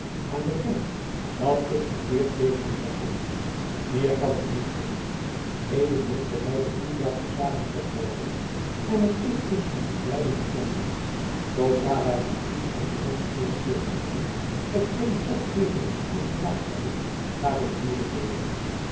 en beken dat ik verkeerd deed hem te hoonen meer kan ik niet zeggen heden heeft zij mij de toedracht der zaken opgehelderd en het is tusschen ons beiden beklonken zoodra wij in friesland teruggekeerd zullen zijn t geen god geve dat spoedig plaats hebbe gaat het huwelijk door